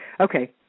okay